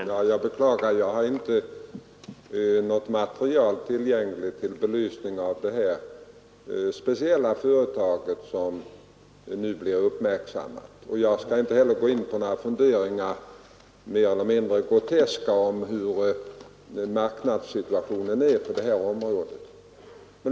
Herr talman! Jag beklagar att jag inte har något material tillgängligt för belysning av det speciella företag som nu blir uppmärksammat. Jag skall inte heller gå in på några funderingar, mer eller mindre groteska, om marknadssituationen på det här området.